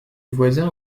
voisins